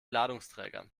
ladungsträgern